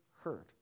heard